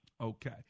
Okay